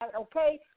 okay